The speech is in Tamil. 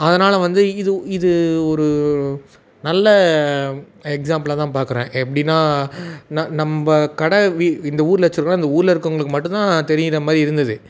அதனால் வந்து இது இது ஒரு நல்ல எக்ஸாம்பிள்லாம் தான் பார்க்குறேன் எப்படின்னா நான் நம்ப கடை வீ இந்த ஊரில் வச்சுருக்கோன்னா அந்த ஊரில் இருக்கிறவங்களுக்கு மட்டும்தான் தெரியும் இதமாதிரி இருந்துது